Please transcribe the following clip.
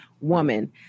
woman